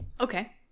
Okay